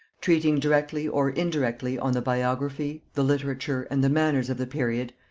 treating directly or indirectly on the biography, the literature, and the manners of the period,